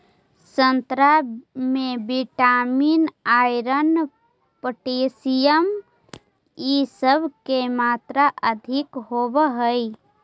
संतरा में vitamin, iron, potassium इ सब के मात्रा अधिक होवऽ हई